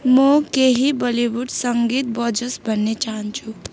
म केही बलिउड सङ्गीत बजोस् भन्ने चाहन्छु